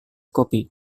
kopi